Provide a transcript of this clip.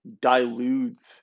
dilutes